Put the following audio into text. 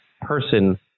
person